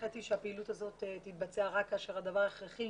הנחיתי שהפעילות הזאת תתבצע רק כאשר הדבר הכרחי